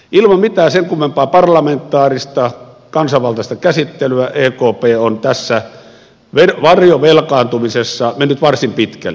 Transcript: ilman mitään sen kummempaa parlamentaarista kansanvaltaista käsittelyä ekp on tässä varjovelkaantumisessa mennyt varsin pitkälle